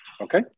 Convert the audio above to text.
Okay